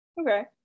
okay